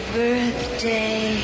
birthday